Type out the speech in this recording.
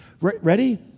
ready